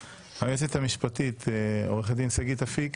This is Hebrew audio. היועצת המשפטית של הכנסת, עורכת הדין שגית אפיק,